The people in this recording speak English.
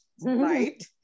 right